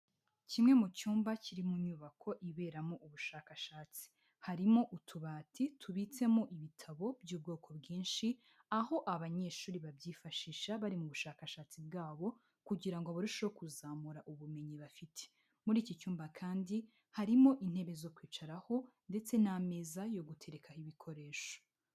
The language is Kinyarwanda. Kimwe mu cyumba kiri mu nyubako iberamo ubushakashatsi harimo utubati tubitsemo ibitabo by'ubwoko bwinshi, aho abanyeshuri babyifashisha bari mu bushakashatsi bwabo kugira ngo barusheho kuzamura ubumenyi bafite. Muri iki cyumba kandi harimo intebe zo kwicaraho ndetse n'ameza yo guterekaho ibikoresho.